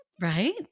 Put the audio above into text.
Right